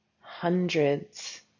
hundreds